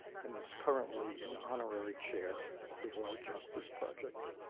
and is currently an honorary chair of the world justice project.